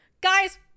Guys